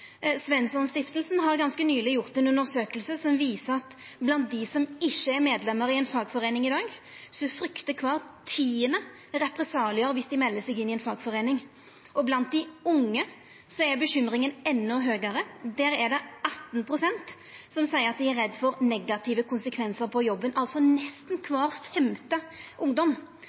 har ganske nyleg gjort ei undersøking som viser at blant dei som ikkje er medlemer i ei fagforeining i dag, fryktar kvar tiande represaliar viss dei melder seg inn i ei fagforeining. Og blant dei unge er bekymringa endå større. Der er det 18 pst. som seier at dei er redde for negative konsekvensar på jobben, altså nesten kvar femte ungdom.